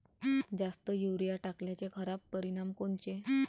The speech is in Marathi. जास्त युरीया टाकल्याचे खराब परिनाम कोनचे?